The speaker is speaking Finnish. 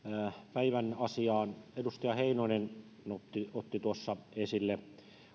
päivän asiaan edustaja heinonen otti tuossa esille